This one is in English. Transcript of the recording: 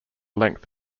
length